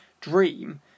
dream